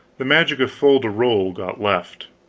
the magic of fol-de-rol got left.